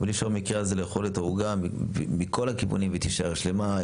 אבל אי אפשר במקרה הזה לאכול את העוגה מכל הכיוונים והיא תישאר שלמה.